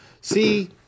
See